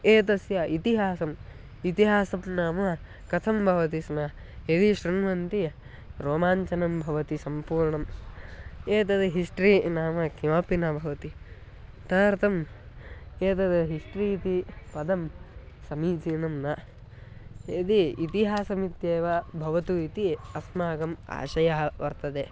एतस्य इतिहासम् इतिहासं नाम कथं भवति स्म यदि शृण्वन्ति रोमाञ्चनं भवति सम्पूर्णम् एतत् हिस्ट्री नाम किमपि न भवति तदर्थम् एतत् हिस्ट्री इति पदं समीचीनं न यदि इतिहासमित्येव भवतु इति अस्माकम् आशयः वर्तते